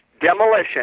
demolition